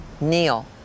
Neil